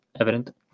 evident